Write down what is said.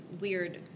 weird